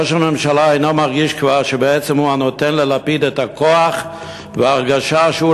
ראש הממשלה אינו מרגיש כבר שבעצם הוא הנותן ללפיד את הכוח וההרגשה שהוא,